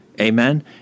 Amen